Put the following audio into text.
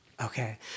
Okay